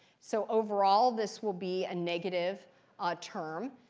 so overall, this will be a negative ah term.